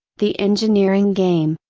the engineering game,